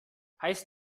heißt